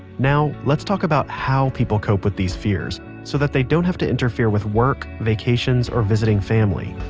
now, let's talk about how people cope with these fears, so that they don't have to interfere with work, vacations, or visiting family.